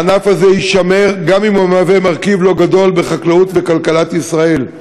הענף הזה יישמר גם אם הוא מרכיב לא גדול בחקלאות ובכלכלת ישראל.